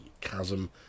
chasm